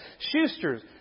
Schuster's